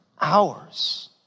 hours